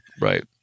right